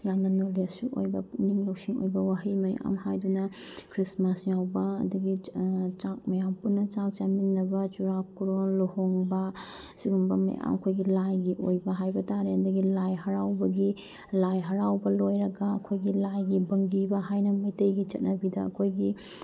ꯌꯥꯝꯅ ꯅꯣꯂꯦꯖꯁꯨ ꯑꯣꯏꯕ ꯄꯨꯛꯅꯤꯡ ꯂꯧꯁꯤꯡ ꯑꯣꯏꯕ ꯋꯥꯍꯩ ꯃꯌꯥꯝ ꯍꯥꯏꯗꯨꯅ ꯈ꯭ꯔꯤꯁꯃꯥꯁ ꯌꯥꯎꯕ ꯑꯗꯒꯤ ꯆꯥꯛ ꯃꯌꯥꯝ ꯄꯨꯟꯅ ꯆꯥꯛ ꯆꯥꯃꯤꯟꯅꯕ ꯆꯨꯔꯥꯀꯣꯔꯣꯟ ꯂꯨꯍꯣꯡꯕ ꯁꯤꯒꯨꯝꯕ ꯃꯌꯥꯝ ꯑꯩꯈꯣꯏꯒꯤ ꯂꯥꯏꯒꯤ ꯑꯣꯏꯕ ꯍꯥꯏꯕ ꯇꯥꯔꯦ ꯑꯗꯒꯤ ꯂꯥꯏ ꯍꯔꯥꯎꯕꯒꯤ ꯂꯥꯏ ꯍꯔꯥꯎꯕ ꯂꯣꯏꯔꯒ ꯑꯩꯈꯣꯏꯒꯤ ꯂꯥꯏꯒꯤ ꯕꯟꯗꯤꯕ ꯍꯥꯏꯅ ꯃꯩꯇꯩꯒꯤ ꯆꯠꯅꯕꯤꯗ ꯑꯩꯈꯣꯏꯒꯤ